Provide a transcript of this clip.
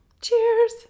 Cheers